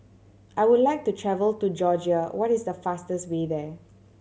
I would like to travel to Georgia what is the fastest way there